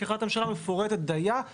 כי החלטת הממשלה מפורטת דיה.